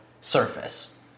surface